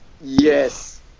Yes